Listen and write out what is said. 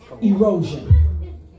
erosion